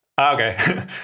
Okay